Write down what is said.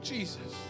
Jesus